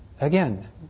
Again